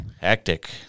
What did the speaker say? Hectic